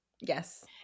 Yes